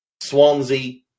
Swansea